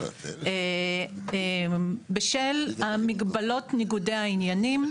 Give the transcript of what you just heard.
בשל המגבלות לניגודי העניינים,